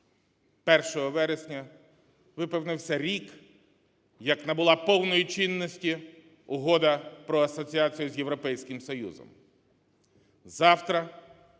вересня виповнився рік як набула повної чинності Угода про асоціацію з Європейським Союзом. Завтра